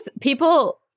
people